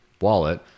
wallet